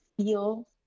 feel